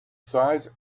size